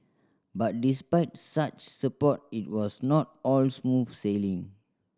but despite such support it was not all smooth sailing